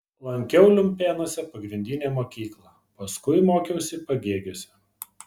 lankiau lumpėnuose pagrindinę mokyklą paskui mokiausi pagėgiuose